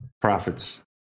profits